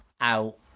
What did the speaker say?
Out